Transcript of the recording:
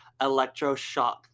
Electroshock